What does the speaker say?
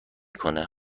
کنه